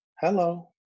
Hello